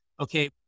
okay